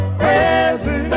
crazy